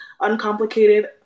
uncomplicated